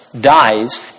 dies